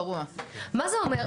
מה זה אומר?